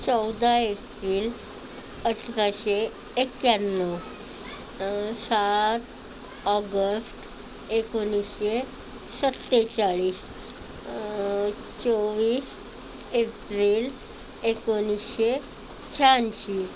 चौदा एप्रिल अठराशे एक्याण्णव सात ऑगस्ट एकोणीसशे सत्तेचाळीस चोवीस एप्रिल एकोणीसशे शहाऐंशी